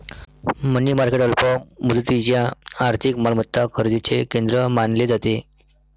मनी market अल्प मुदतीच्या आर्थिक मालमत्ता खरेदीचे केंद्र मानले जाते